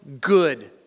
good